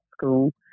school